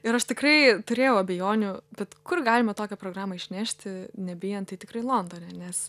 ir aš tikrai turėjau abejonių bet kur galima tokią programą išnešti nebijant tai tikrai londone nes